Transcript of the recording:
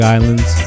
Islands